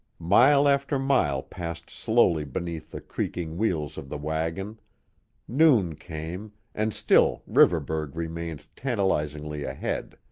mile after mile passed slowly beneath the creaking wheels of the wagon noon came, and still riverburgh remained tantalizingly ahead.